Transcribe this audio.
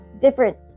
different